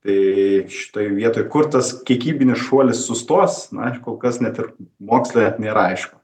tai štitoj vietoj kur tas kiekybinis šuolis sustos na aš kol kas net ir moksle nėra aišku